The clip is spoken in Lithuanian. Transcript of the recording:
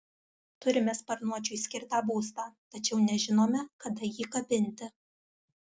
turime sparnuočiui skirtą būstą tačiau nežinome kada jį kabinti